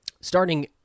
Starting